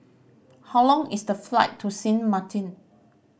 how long is the flight to Sint Maarten